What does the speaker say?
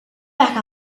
back